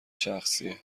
شخصیه